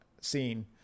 scene